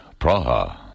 Praha